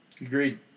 Agreed